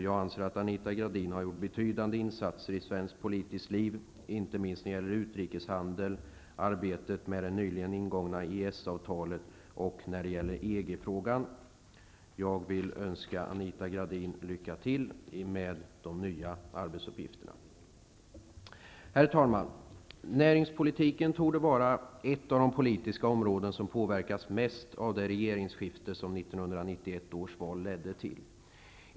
Jag anser att Anita Gradin har gjort betydande insatser i svenskt politiskt liv, inte minst när det gäller utrikeshandeln, arbetet med det nyligen ingångna EES-avtalet och EG-frågan. Jag önskar Anita Gradin lycka till med de nya arbetsuppgifterna. Herr talman! Näringspolitiken torde vara ett av de politiska områden som påverkats mest av det regeringsskifte som 1991 års val ledde till.